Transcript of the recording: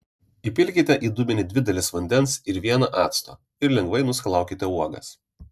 įpilkite į dubenį dvi dalis vandens ir vieną acto ir lengvai nuskalaukite uogas